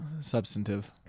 substantive